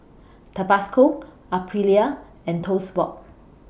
Tabasco Aprilia and Toast Box